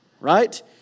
Right